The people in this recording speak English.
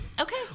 Okay